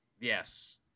yes